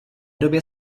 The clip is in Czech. době